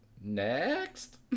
next